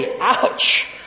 ouch